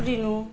उफ्रिनु